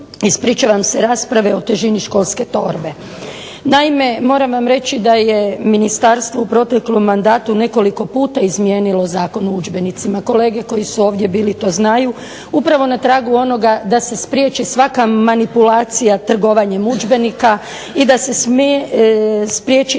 ispričavam se, rasprave o težini školske torbe. Naime, moram vam reći da je ministarstvo u proteklom mandatu nekoliko puta izmijenilo Zakon o udžbenicima. Kolege koji su ovdje bili to znaju. Upravo na tragu onoga da se spriječi svaka manipulacija trgovanjem udžbenika i da se spriječi